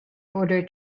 order